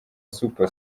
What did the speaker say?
super